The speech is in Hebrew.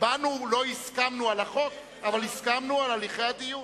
לא הסכמנו על החוק אבל הסכמנו על הליכי הדיון.